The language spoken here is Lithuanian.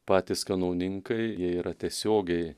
patys kanauninkai jie yra tiesiogiai